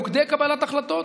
התרבות,